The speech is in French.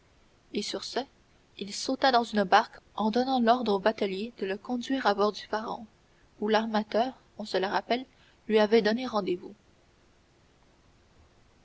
et sur ce il sauta dans une barque en donnant l'ordre au batelier de le conduire à bord du pharaon où l'armateur on se le rappelle lui avait donné rendez-vous